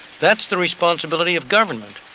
that's the responsibility of government,